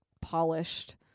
polished